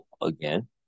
again